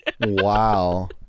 wow